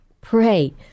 Pray